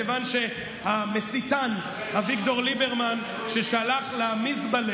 כיוון שהמסיתן אביגדור ליברמן ששלח למזבלה